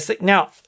Now